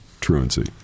truancy